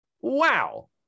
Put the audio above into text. Wow